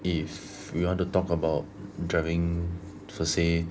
if you want to talk about driving per se